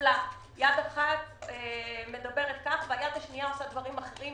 יד אחת מדברת כך, והיד השנייה עושה דברים אחרים.